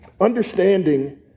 understanding